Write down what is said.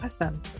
awesome